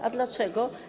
A dlaczego?